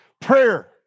Prayer